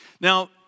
Now